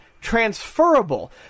transferable